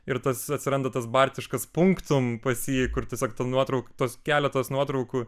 ir tas atsiranda tas bartiškas punktum pas jį kur tiesiog tų nuotraukų keletas nuotraukų